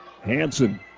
Hanson